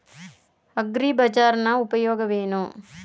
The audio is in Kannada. ಅಗ್ರಿಬಜಾರ್ ನ ಉಪಯೋಗವೇನು?